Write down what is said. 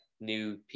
new